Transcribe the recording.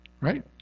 Right